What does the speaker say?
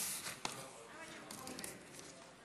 שלוש דקות לרשותך.